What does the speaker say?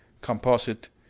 composite